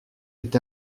est